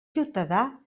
ciutadà